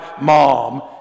mom